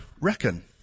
reckon